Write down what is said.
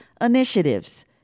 initiatives